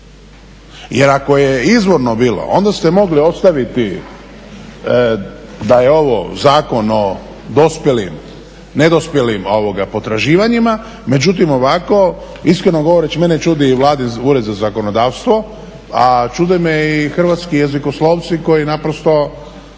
Jer ako je izvorno bilo onda ste mogli ostaviti da je ovo Zakon o dospjelim, nedospjelim potraživanjima međutim ovako iskreno govoreći mene čudi i Vladin Ured za zakonodavstvo a čude me i hrvatski jezikoslovci koji naprosto